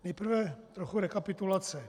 Nejprve trochu rekapitulace.